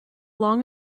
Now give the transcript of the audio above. long